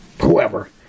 whoever